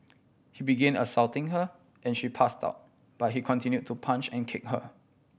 he begin assaulting her and she passed out but he continue to punch and kick her